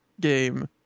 game